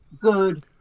good